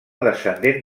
descendent